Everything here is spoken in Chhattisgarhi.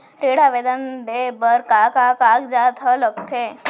ऋण आवेदन दे बर का का कागजात ह लगथे?